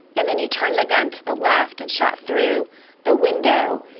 and then he turned the gun to the left and shot through the window,